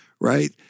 right